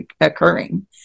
occurring